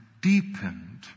deepened